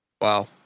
Wow